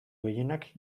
gehienak